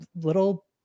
little